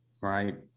right